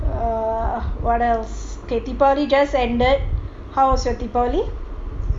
uh what else okay deepavali just ended how was your deepavali